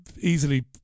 easily